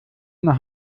nach